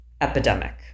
epidemic